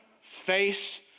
face